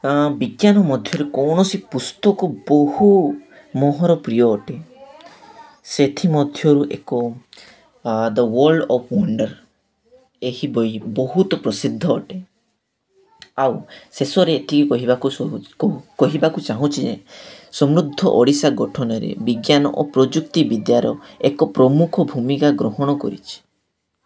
ବିଜ୍ଞାନ ମଧ୍ୟରେ କୌଣସି ପୁସ୍ତକ ବହୁ ମୋର ପ୍ରିୟ ଅଟେ ସେଥିମଧ୍ୟରୁ ଏକ ଦ ୱାର୍ଲଡ୍ ଅଫ୍ ୱଣ୍ଡର ଏହି ବହି ବହୁତ ପ୍ରସିଦ୍ଧ ଅଟେ ଆଉ ଶେଷରେ ଏତିକି କହିବାକୁ କହିବାକୁ ଚାହୁଁଛି ଯେ ସମୃଦ୍ଧ ଓଡ଼ିଶା ଗଠନରେ ବିଜ୍ଞାନ ଓ ପ୍ରଯୁକ୍ତିବିଦ୍ୟାର ଏକ ପ୍ରମୁଖ ଭୂମିକା ଗ୍ରହଣ କରିଛି